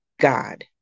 God